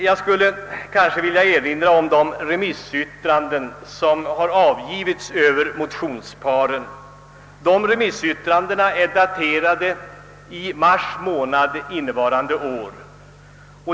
Jag skulle vilja erinra om att de remissyttranden som avgivits över motionerna är daterade i mars månad i år.